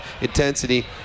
intensity